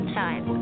time